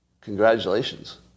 Congratulations